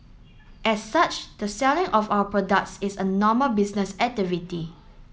as such the selling of our products is a normal business activity